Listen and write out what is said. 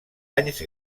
anys